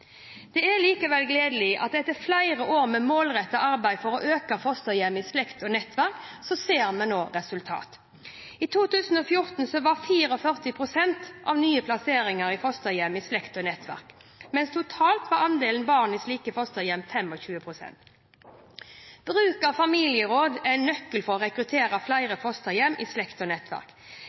Det er likevel gledelig at etter flere år med målrettet arbeid for å øke antall fosterhjem i slekt og nettverk ser vi nå resultater. I 2014 var 44 pst. av nye plasseringer i fosterhjem i slekt og nettverk, mens totalt var andelen barn i slike fosterhjem 25 pst. Bruk av familieråd er en nøkkel for å rekruttere flere fosterhjem i